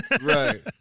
Right